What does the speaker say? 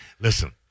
Listen